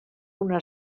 una